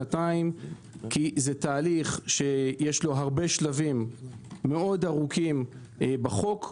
שנתיים כי זה תהליך שיש לו הרבה שלבים מאוד ארוכים בחוק.